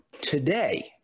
today